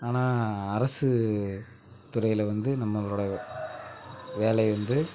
ஆனால் அரசு துறையில் வந்து நம்மளோடய வேலை வந்து